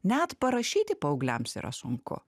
net parašyti paaugliams yra sunku